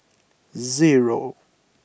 zero